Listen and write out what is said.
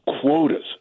quotas